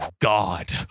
god